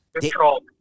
control